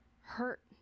hurt